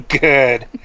Good